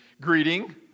greeting